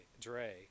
Dre